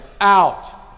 out